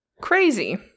Crazy